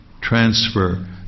transfer